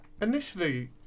initially